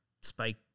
Spike